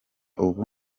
ubu